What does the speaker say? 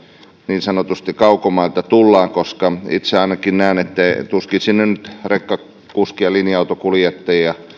niin sanotusti kaukomailta tullaan koska itse ainakin näen että tuskin nyt rekkakuskia linja autonkuljettajia